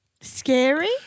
scary